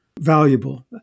valuable